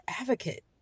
advocate